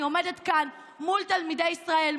אני עומדת כאן מול תלמידי ישראל,